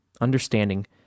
Understanding